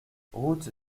route